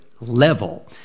level